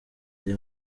ari